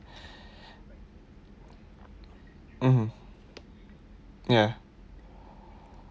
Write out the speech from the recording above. mmhmm ya